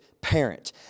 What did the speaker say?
parent